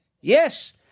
Yes